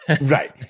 Right